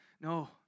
no